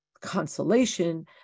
consolation